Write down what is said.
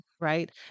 right